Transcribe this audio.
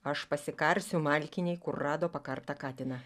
aš pasikarsiu malkinėj kur rado pakartą katiną